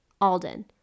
Alden